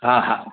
हा हा